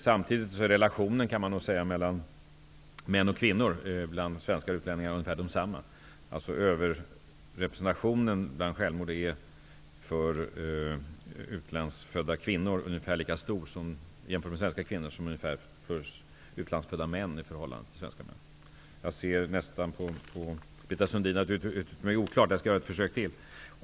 Samtidigt kan man säga att relationen mellan män och kvinnor bland svenskar och utlänningar är ungefär densamma, dvs. att överrepresentationen av självmord är ungefär lika stor för utländska kvinnor som för svenska kvinnor liksom för utländska män i förhållande till svenska män. Jag ser på Britta Sundin att jag uttryckte mig oklart. Jag skall därför göra ytterligare ett försök.